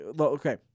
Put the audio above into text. okay